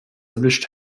erwischt